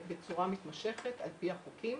בצורה מתמשכת על פי החוקים,